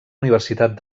universitat